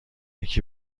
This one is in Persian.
یکی